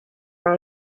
bar